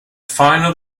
finer